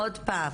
עוד פעם,